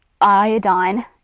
iodine